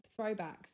throwbacks